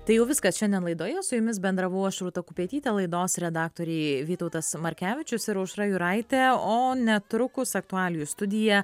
tai jau viskas šiandien laidoje su jumis bendravau aš rūta kupetytė laidos redaktoriai vytautas markevičius ir aušra juraitė o netrukus aktualijų studija